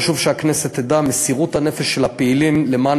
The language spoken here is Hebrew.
חשוב שהכנסת תדע: מסירות הנפש של הפעילים למען